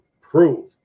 prove